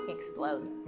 explodes